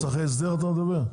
זה מוסכי ההסדר אתה מדבר?